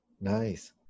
Nice